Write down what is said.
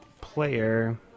player